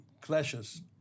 clashes